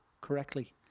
correctly